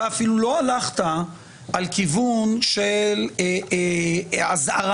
אתה אפילו לא הלכת על כיוון של אזהרה,